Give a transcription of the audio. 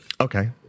Okay